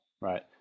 right